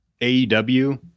AEW